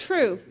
True